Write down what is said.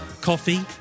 Coffee